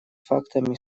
фактами